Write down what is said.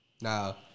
Now